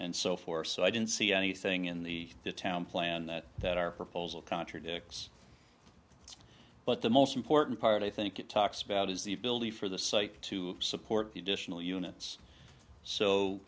and so forth so i didn't see anything in the town plan that that our proposal contradicts but the most important part i think it talks about is the ability for the site to support the additional units so